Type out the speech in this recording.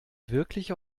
wirklich